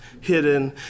hidden